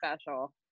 special